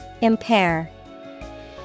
Impair